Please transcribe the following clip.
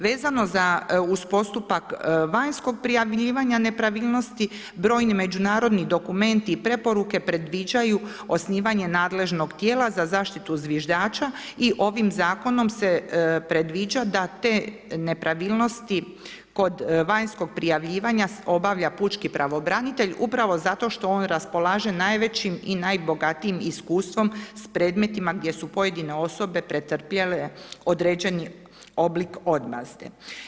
Vezano za uz postupak vanjskog prijavljivanja nepravilnosti, brojni međunarodni dokumenti i preporuke predviđaju osnivanje nadležnog tijela za zaštitu zviždača i ovim zakonom se predviđa da te nepravilnosti kod vanjskog prijavljivanja obavlja pučki pravobranitelj upravo zato što on raspolaže najvećim i najbogatijim iskustvom s predmetima gdje su pojedine osobe pretrpjele određeni oblik odmazde.